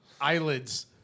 eyelids